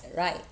right